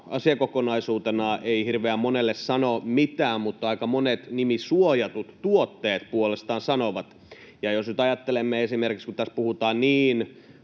asiakokonaisuutena ei hirveän monelle sano mitään, mutta aika monet nimisuojatut tuotteet puolestaan sanovat. Kun täällä puhutaan niin